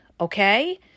okay